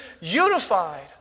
unified